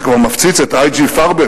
אתה כבר מפציץ את IG Farben,